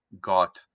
got